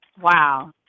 Wow